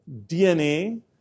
DNA